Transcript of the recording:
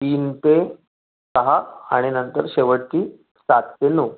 तीन ते सहा आणि नंतर शेवटची सात ते नऊ